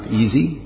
easy